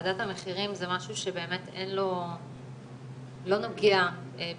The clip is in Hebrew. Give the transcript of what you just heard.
ועדת המחירים זה משהו שלא נוגע לחקיקה,